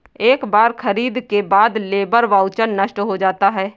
एक बार खरीद के बाद लेबर वाउचर नष्ट हो जाता है